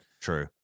True